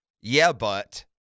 yeah-but